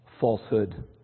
falsehood